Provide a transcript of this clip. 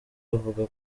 avuga